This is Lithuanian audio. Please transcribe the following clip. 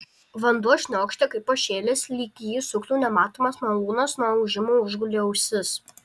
vanduo šniokštė kaip pašėlęs lyg jį suktų nematomas malūnas nuo ūžimo užgulė ausis